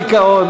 ואני בדיכאון.